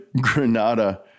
Granada